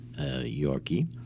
Yorkie